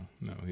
no